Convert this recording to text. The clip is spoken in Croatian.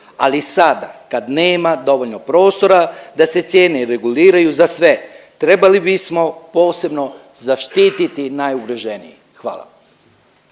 ali sada kad nema dovoljno prostora da se cijene reguliraju za sve. Trebali bismo posebno zaštiti najugroženije. Hvala.